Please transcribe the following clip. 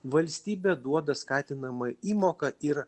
valstybė duoda skatinamą įmoką ir